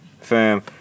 Fam